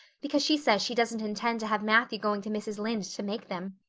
because she says she doesn't intend to have matthew going to mrs. lynde to make them.